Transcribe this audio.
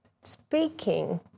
speaking